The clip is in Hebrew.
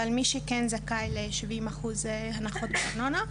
אבל מי שכן זכאי ל-70 אחוז הנחה בארנונה,